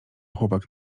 chłopak